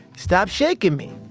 stop shaking me.